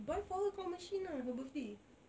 buy for her claw machine lah her birthday